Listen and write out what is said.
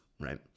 Right